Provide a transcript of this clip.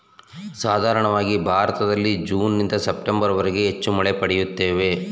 ಸಾಧಾರಣವಾಗಿ ಭಾರತದಲ್ಲಿ ಜೂನ್ನಿಂದ ಸೆಪ್ಟೆಂಬರ್ವರೆಗೆ ಹೆಚ್ಚು ಮಳೆ ಪಡೆಯುತ್ತೇವೆ